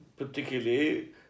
Particularly